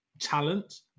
talent